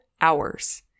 hours